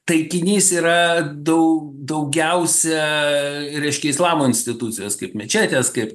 taikinys yra dau daugiausia reiškia islamo institucijos kaip mečetės kaip